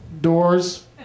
doors